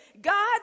God